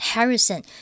Harrison